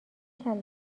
چند